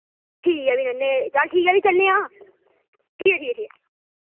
ठीक ऐ फ्ही तां ने चल ठीक ऐ फ्ही चलने आं ठीक ऐ ठीक ऐ ठीक ऐ